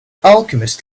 alchemist